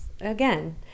Again